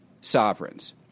sovereigns